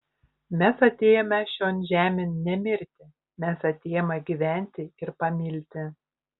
mes atėjome šion žemėn ne mirti mes atėjome gyventi ir pamilti